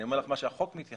אני אומר לך מה שהחוק מתייחס